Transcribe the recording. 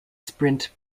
sprint